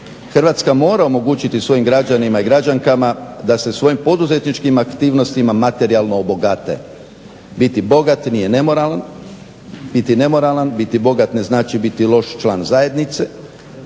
Hrvatska mora omogućiti svojim građanima i građankama da se svojim poduzetničkim aktivnostima materijalno obogate. Biti bogat nije nemoralno, biti nemoralan. Biti bogat ne znači biti loš član zajednice.